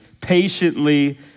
patiently